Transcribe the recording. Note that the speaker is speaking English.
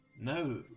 No